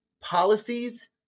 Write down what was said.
policies